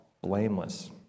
blameless